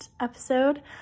episode